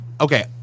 Okay